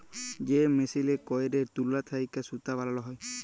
যে মেসিলে ক্যইরে তুলা থ্যাইকে সুতা বালাল হ্যয়